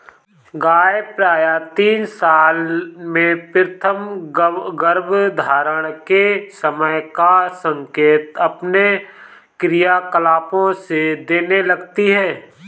गाय प्रायः तीन साल में प्रथम गर्भधारण के समय का संकेत अपने क्रियाकलापों से देने लगती हैं